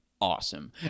awesome